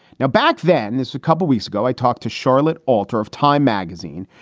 now, back then, there's a couple weeks ago i talked to charlotte alter of time magazine,